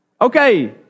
Okay